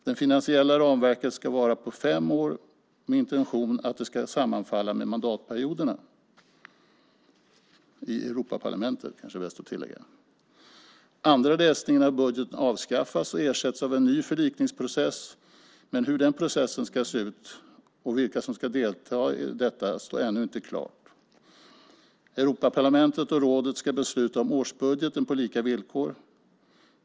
Det finansiella ramverket ska vara på fem år med intention att det ska sammanfalla med mandatperioderna - i Europaparlamentet, är kanske bäst att tillägga. Andra läsningen av budgeten avskaffas och ersätts av en ny förlikningsprocess, men hur den processen ska se ut och vilka som ska delta i denna står ännu inte klart. Europaparlamentet och rådet ska besluta om årsbudgeten på lika villkor.